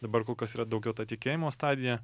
dabar kol kas yra daugiau ta tikėjimo stadija